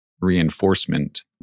reinforcement